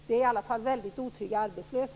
Vi har i varje fall väldigt otrygga arbetslösa.